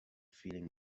feeling